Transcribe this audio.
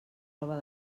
roba